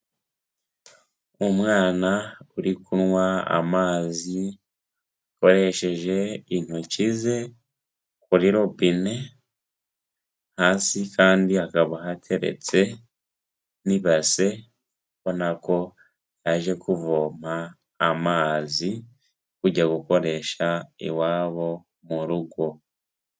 Umwana uri kunywa amazi akoresheje intoki ze kuri robine, hasi kandi hakaba hateretse n'ibase ubona ko yaje kuvoma amazi bajya gukoresha iwabo mu rugo.